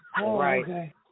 Right